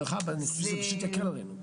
אבל להבא אני חושב שזה פשוט יקל עלינו.